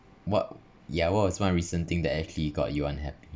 what ya what was one recent thing that actually got you unhappy